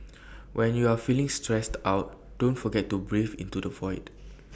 when you are feeling stressed out don't forget to breathe into the void